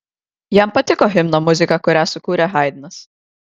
jam patiko himno muzika kurią sukūrė haidnas